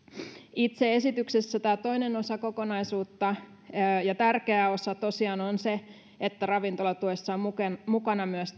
itse esityksessä tämä toinen osa kokonaisuutta ja tärkeä osa tosiaan on se että ravintolatuessa on mukana myös